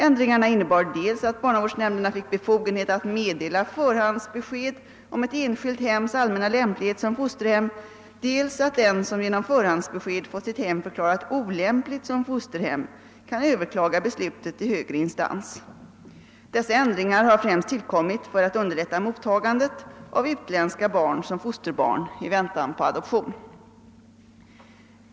Ändringarna innebar dels att barnavårdsnämnderna fick befogenhet att meddela förhandsbesked om ett enskilt hems allmänna lämplighet som fosterhem, dels att den som genom förhandsbesked fått sitt hem förklarat olämpligt som fosterhem kan överklaga beslutet i högre instans. Dessa ändringar har främst tillkommit för att underlätta mottagandet av utländska barn som fosterbarn i väntan på adoption.